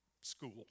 school